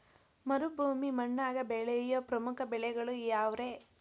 ಮರುಭೂಮಿ ಮಣ್ಣಾಗ ಬೆಳೆಯೋ ಪ್ರಮುಖ ಬೆಳೆಗಳು ಯಾವ್ರೇ?